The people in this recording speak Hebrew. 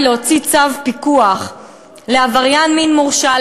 להוציא צו פיקוח לעבריין מין מורשע,